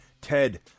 ted